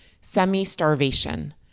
semi-starvation